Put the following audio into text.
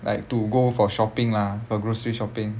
like to go for shopping lah for grocery shopping